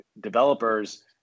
developers